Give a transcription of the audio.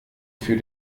für